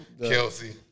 Kelsey